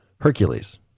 Hercules